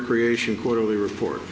creation quarterly report